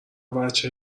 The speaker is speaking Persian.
وجه